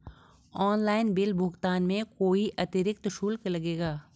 Online bill भुगतान में कोई अतिरिक्त शुल्क लगेगा?